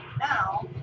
now